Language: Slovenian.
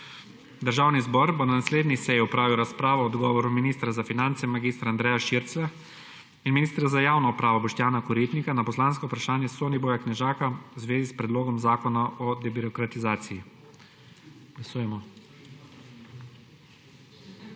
Državni zbor bo na naslednji seji opravil razpravo o odgovoru ministra za finance mag. Andreja Širclja in ministra za javno upravo Boštjana Koritnika na poslansko vprašanje Soniboja Knežaka v zvezi s Predlogom zakona o debirokratizaciji. Glasujemo.